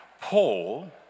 Paul